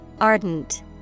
Ardent